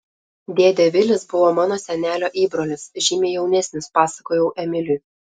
dėdė vilis buvo mano senelio įbrolis žymiai jaunesnis pasakojau emiliui